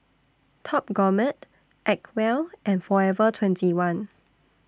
Top Gourmet Acwell and Forever twenty one